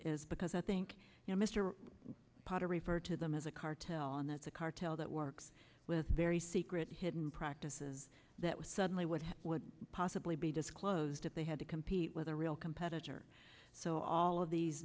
is because i think you know mr potter referred to them as a cartel and that's a cartel that works with very secret hidden practices that was suddenly what would possibly be disclosed if they had to compete with a real competitor so all of these